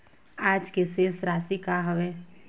आज के शेष राशि का हवे?